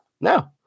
no